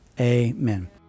amen